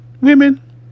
women